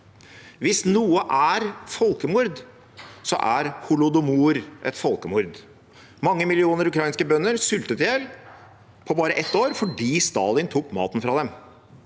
Hvis noe er folkemord, er holodomor et folkemord. Mange millioner ukrainske bønder sultet i hjel på bare et år fordi Stalin tok maten fra dem.